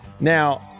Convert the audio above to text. Now